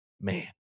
man